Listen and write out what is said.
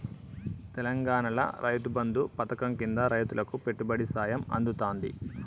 తెలంగాణాల రైతు బంధు పథకం కింద రైతులకు పెట్టుబడి సాయం అందుతాంది